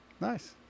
nice